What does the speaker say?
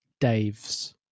daves